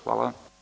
Hvala.